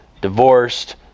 divorced